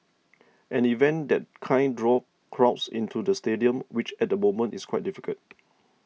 an event that kind draw crowds into the stadium which at the moment is quite difficult